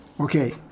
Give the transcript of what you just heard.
okay